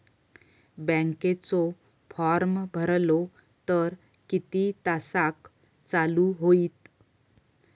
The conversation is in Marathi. बँकेचो फार्म भरलो तर किती तासाक चालू होईत?